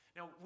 Now